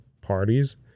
parties